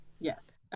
Yes